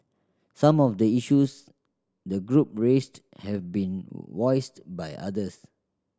some of the issues the group raised have been voiced by others